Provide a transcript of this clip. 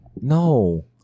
no